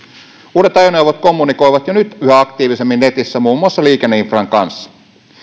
uudet ajoneuvot kommunikoivat jo nyt yhä aktiivisemmin netissä muun muassa liikenneinfran kanssa